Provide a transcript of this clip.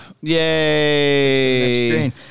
Yay